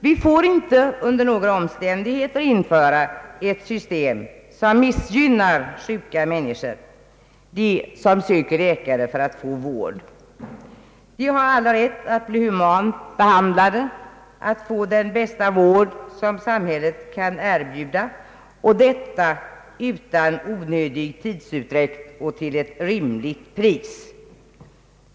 Vi får inte under några omständigheter införa ett system som missgynnar sjuka människor när de söker läkare för att få vård. De har alla rätt att bli humant behandlade, att få den bästa vård som samhället kan erbjuda, och detta utan onödig tidsutdräkt och till ett rimligt pris.